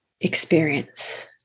experience